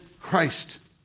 Christ